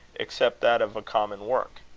except that of a common work.